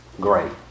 great